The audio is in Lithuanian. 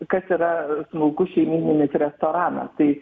kas yra smulkus šeimyninis restoranas tai